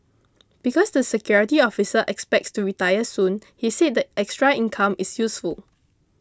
because the security officer expects to retire soon he said the extra income is useful